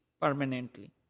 permanently